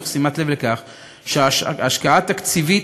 בשימת לב לכך שהשקעה תקציבית,